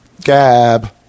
gab